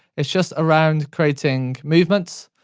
it's just around creating movement.